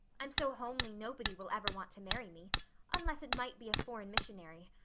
i'm so homely nobody will ever want to marry me unless it might be a foreign missionary.